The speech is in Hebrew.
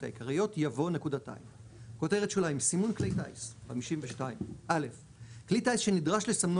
העיקריות יבוא: "סימון כלי טיס 52. כלי טיס שנדרש לסמנו